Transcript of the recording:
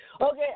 Okay